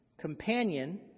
Companion